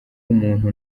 umuntu